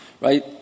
Right